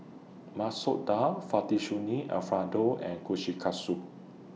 Masoor Dal Fettuccine Alfredo and Kushikatsu